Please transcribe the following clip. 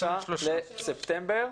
23 בספטמבר,